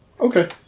Okay